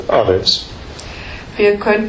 others